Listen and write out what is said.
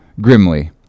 grimly